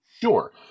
Sure